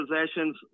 possessions